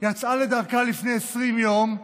יצאה לדרכה לפני 20 יום,